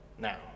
Now